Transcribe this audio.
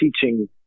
teaching